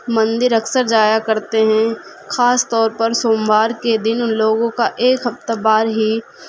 مندر اکثر جایا کرتے ہیں خاص طور پر سوموار کے دن ان لوگوں کا ایک ہفتہ بار ہی